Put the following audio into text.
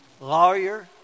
lawyer